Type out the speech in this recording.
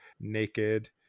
naked